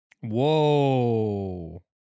whoa